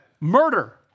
Murder